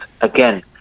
again